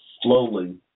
slowly